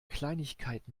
kleinigkeit